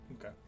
Okay